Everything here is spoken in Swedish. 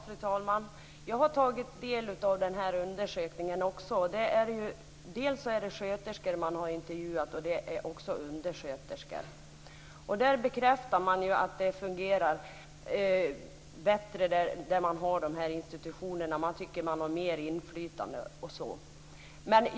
Fru talman! Jag har också tagit del av undersökningen. Sjuksköterskor och undersköterskor har intervjuats. Man bekräftar att institutionerna fungerar bättre och att man har mer inflytande.